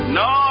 no